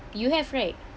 you have right